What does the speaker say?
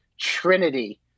trinity